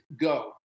go